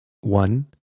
One